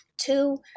Two